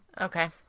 Okay